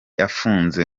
afunze